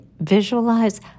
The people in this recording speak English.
visualize